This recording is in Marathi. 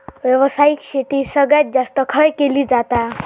व्यावसायिक शेती सगळ्यात जास्त खय केली जाता?